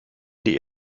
die